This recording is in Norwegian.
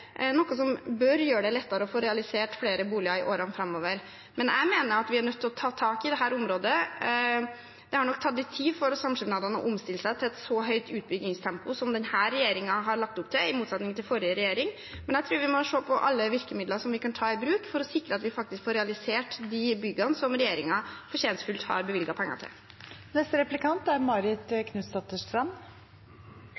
noe som bør gjøre det lettere å få realisert flere boliger i årene framover. Jeg mener at vi er nødt til å ta tak i dette området. Det har nok tatt litt tid for samskipnadene å omstille seg til et så høyt utbyggingstempo som det denne regjeringen, i motsetning til den forrige, har lagt opp til. Jeg tror vi må se på alle virkemidlene vi kan ta i bruk for å sikre at vi faktisk får realisert de byggene som regjeringen fortjenstfullt har bevilget penger til. Jeg vil fortsette med studentboliger, for antall studenter i boligkø hos landets studentsamskipnader er